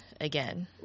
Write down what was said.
again